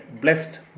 blessed